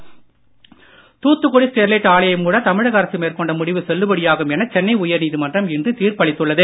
Sterlite Thoothukudi Sterlite ஆலையை மூட தமிழக அரசு மேற்கொண்ட முடிவு செல்லுபடியாகும் என சென்னை உயர்நீதிமன்றம் இன்று தீர்ப்பு அளித்துள்ளது